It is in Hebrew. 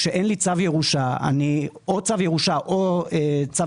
כשאין לי צו ירושה או צו ירושה או צו